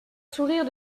sourire